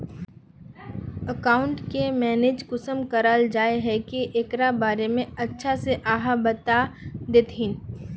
Account के manage कुंसम कराल जाय है की एकरा बारे में अच्छा से आहाँ बता देतहिन?